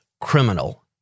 criminal